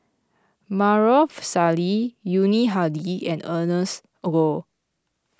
Maarof Salleh Yuni Hadi and Ernest Goh